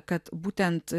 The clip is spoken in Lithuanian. kad būtent